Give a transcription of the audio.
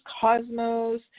cosmos